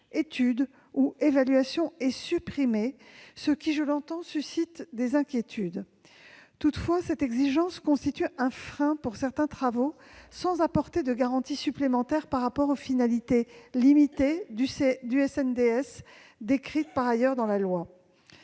d'étude ou d'évaluation est supprimée, ce qui, je l'entends, suscite des inquiétudes. Toutefois, cette exigence constitue à l'heure actuelle un frein pour certains travaux, sans apporter de garanties supplémentaires par rapport aux finalités limitées du SNDS, décrites par ailleurs dans la loi.